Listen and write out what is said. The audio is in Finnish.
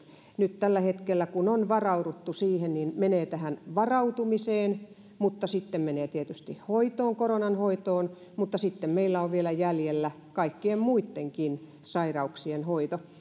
nyt tällä hetkellä kun on varauduttu siihen niin menee tähän varautumiseen ja sitten menee tietysti koronan hoitoon mutta sitten meillä on vielä jäljellä kaikkien muittenkin sairauksien hoito